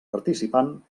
participant